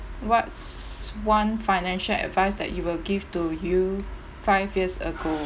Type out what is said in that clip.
what's one financial advice that you will give to you five years ago